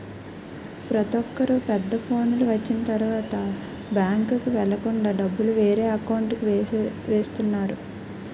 ప్రతొక్కరు పెద్ద ఫోనులు వచ్చిన తరువాత బ్యాంకుకి వెళ్ళకుండా డబ్బులు వేరే అకౌంట్కి వేస్తున్నారు